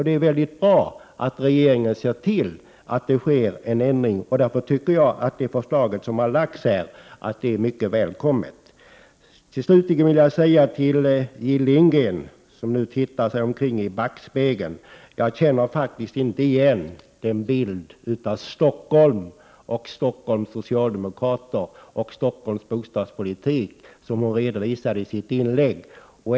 Det är mycket bra att regeringen ser till att det sker en ändring. Det förslag som nu har lagts fram är mycket välkommet. Till slut vill jag säga till Jill Lindgren, som nu tittar sig omkring i backspegeln, att jag faktiskt inte känner igen den bild av Stockholm, av Stockholms socialdemokrater och av Stockholms bostadspolitik som hon tecknade i sitt inlägg.